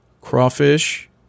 crawfish